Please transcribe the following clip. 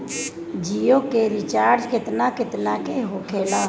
जियो के रिचार्ज केतना केतना के होखे ला?